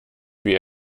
wie